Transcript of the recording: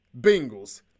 Bengals